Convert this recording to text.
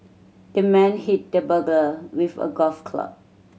the man hit the burglar with a golf club